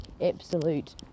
absolute